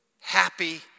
Happy